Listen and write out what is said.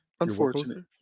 Unfortunate